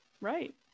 Right